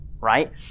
right